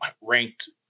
ranked